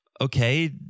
Okay